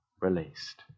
released